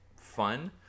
fun